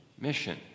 Mission